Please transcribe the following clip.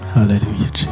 Hallelujah